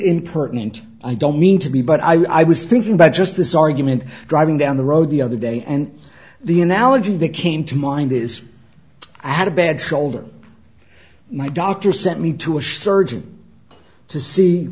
important i don't mean to be but i was thinking about just this argument driving down the road the other day and the analogy that came to mind is i had a bad shoulder my doctor sent me to a surgeon to see